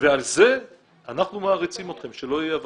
ועל זה אנחנו מעריצים אתכן, שלא יהיו אי הבנות.